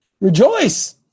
Rejoice